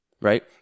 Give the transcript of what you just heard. right